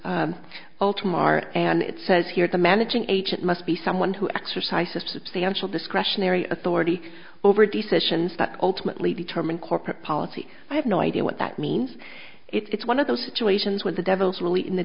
tomorrow and it says here the managing agent must be someone who exercises substantial discretionary authority over decisions that ultimately determine corporate policy i have no idea what that means it's one of those situations where the devil's really in the